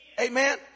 Amen